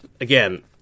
again